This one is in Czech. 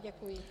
Děkuji.